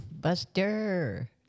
Buster